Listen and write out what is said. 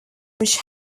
which